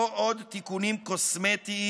לא עוד תיקונים קוסמטיים,